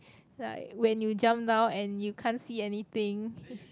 like when you jump down and you can't see anything